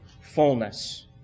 fullness